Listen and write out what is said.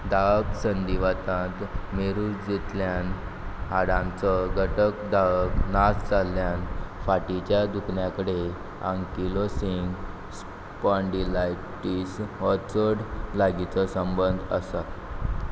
दाहक संदिवातांत मेरुजतल्यान हाडांचो घटक दाहक नाश जाल्ल्यान फाटीच्या दुखन्या कडे आंकिलो सिंग स्पॉन्डिलायटीस हो चड लागींचो संबंद आसा